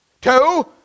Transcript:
Two